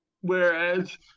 Whereas